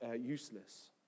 useless